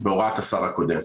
השר הקודם.